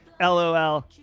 lol